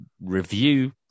review